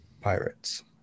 pirates